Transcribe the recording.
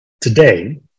Today